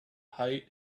height